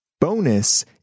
Bonus